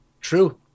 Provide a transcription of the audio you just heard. True